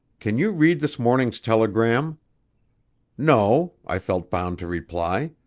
can you read this morning's telegram no, i felt bound to reply.